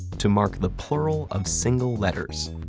to mark the plural of single letters.